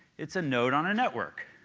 it's a node on a network.